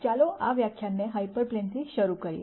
ચાલો આ વ્યાખ્યાનને હાયપર પ્લેનથી શરૂ કરીએ